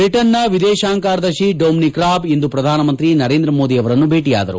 ಬ್ರಿಟನ್ನ ವಿದೇಶಾಂಗ ಕಾರ್ಯದರ್ಶಿ ಡೊಮಿನಿಕ್ ರಾಬ್ ಇಂದು ಪ್ರಧಾನಮಂತ್ರಿ ನರೇಂದ್ರ ಮೋದಿ ಅವರನ್ನು ಭೇಟಿಯಾದರು